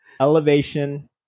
Elevation